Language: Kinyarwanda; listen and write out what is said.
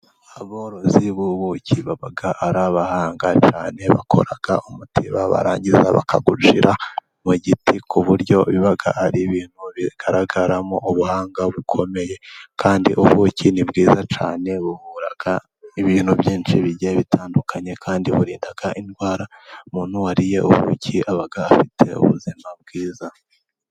Aborozi b'ubuki baba ari abahanga cyane, bakora umutiba barangiza bakawushyira mu giti ku buryo biba ari ibintu bigaragaramo ubuhanga bukomeye. Kandi ubuki ni bwiza cyane buvura ibintu byinshi bigiye bitandukanye, kandi burinda indwara, umuntu wariye ubuki aba afite ubuzima bwiza.